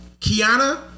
Kiana